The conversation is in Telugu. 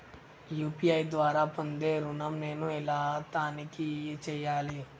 యూ.పీ.ఐ ద్వారా పొందే ఋణం నేను ఎలా తనిఖీ చేయాలి?